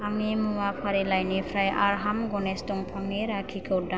आंनि मुवा फारिलाइनिफ्राय आर्हाम गणेश दंफांनि राखिखौ दान